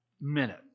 minute